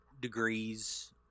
degrees